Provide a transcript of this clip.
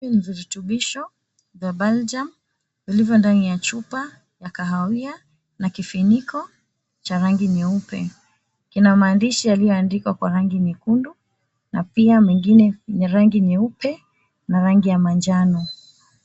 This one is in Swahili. Hivi ni virutubisho vya "BALLIJAAM" vilivyo ndani ya chupa ya kahawia na kifuniko cha rangi nyeupe. Kina maandishi yalioandikwa kwa rangi nyekundu na pia mengine yenye rangi nyeupe na rangi ya manjano.